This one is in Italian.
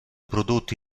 prodotto